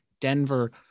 Denver